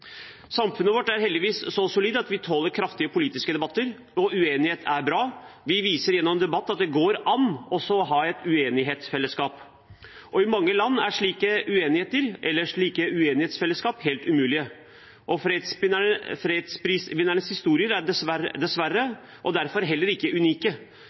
Samfunnet vårt er heldigvis så solid at vi tåler kraftige politiske debatter. Uenighet er bra. Vi viser gjennom debatt at det går an også å ha et uenighetsfellesskap. I mange land er slike uenigheter, eller slike uenighetsfellesskap, helt umulig. Fredsprisvinnernes historier er derfor dessverre ikke unike.